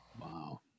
wow